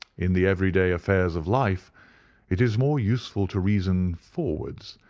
in the every-day affairs of life it is more useful to reason forwards,